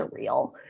surreal